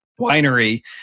winery